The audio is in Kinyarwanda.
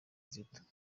kitoko